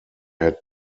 had